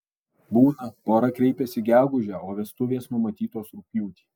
būna pora kreipiasi gegužę o vestuvės numatytos rugpjūtį